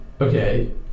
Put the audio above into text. okay